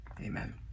Amen